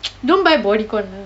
don't buy Bodycon lah